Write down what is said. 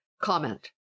Comment